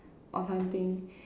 or something